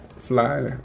fly